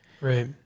Right